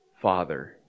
Father